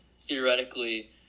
theoretically